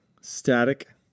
static